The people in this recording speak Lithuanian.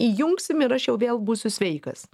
įjungsim ir aš jau vėl būsiu sveikas